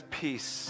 peace